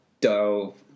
dove